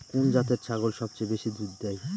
কোন জাতের ছাগল সবচেয়ে বেশি দুধ দেয়?